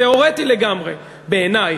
תיאורטי לגמרי בעיני,